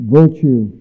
virtue